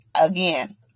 Again